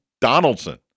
Donaldson